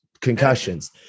Concussions